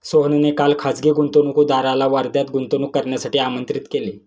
सोहनने काल खासगी गुंतवणूकदाराला वर्ध्यात गुंतवणूक करण्यासाठी आमंत्रित केले